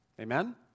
Amen